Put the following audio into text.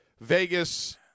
Vegas